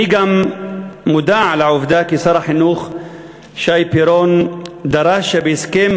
אני גם מודע לעובדה כי שר החינוך שי פירון דרש שבהסכם